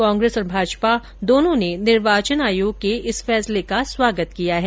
कांग्रेस और भाजपा दोनों ने निर्वाचने आयोग के इस फैसले का स्वागत किया है